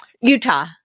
Utah